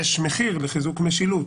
יש מחיר לחיזוק משילות.